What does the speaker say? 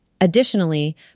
Additionally